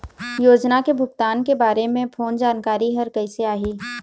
योजना के भुगतान के बारे मे फोन जानकारी हर कइसे आही?